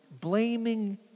blaming